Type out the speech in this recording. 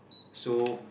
so